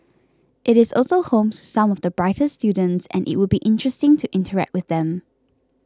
it is also home to some of the brightest students and it would be interesting to interact with them